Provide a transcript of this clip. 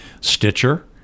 Stitcher